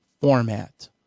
format